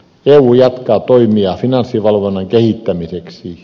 eu jatkaa toimia finanssivalvonnan kehittämiseksi